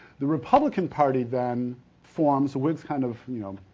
the republican party then forms, wigs kind of, you know,